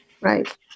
Right